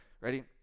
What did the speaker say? Ready